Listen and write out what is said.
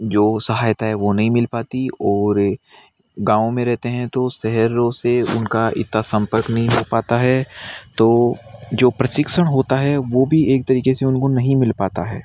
जो सहायता है वो नहीं मिल पाती और गाँव में रहते हैं तो शहरों से उन का इतना संपर्क नहीं हो पता है तो जो प्रशिक्षण होता है वो भी एक तरीके से उन को नहीं मिल पाता है